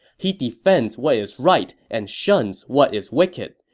he defends what is right and shuns what is wicked.